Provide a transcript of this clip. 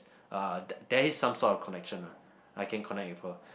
uh there is some sort of connection ah I can connect with her